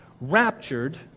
raptured